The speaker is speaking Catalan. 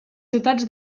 ciutats